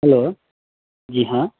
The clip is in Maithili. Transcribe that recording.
हलो जी हॅं